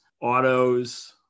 autos